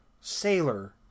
Sailor